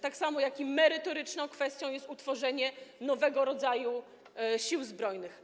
Tak samo jak i merytoryczną kwestią jest utworzenie nowego rodzaju Sił Zbrojnych.